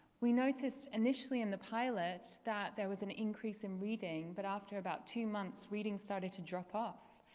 we noticed initially in the pilots that there was an increase in reading but after about two months, reading started to drop off.